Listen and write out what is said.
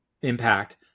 impact